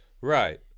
right